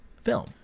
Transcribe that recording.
Film